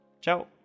Ciao